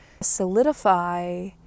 solidify